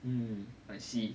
um I see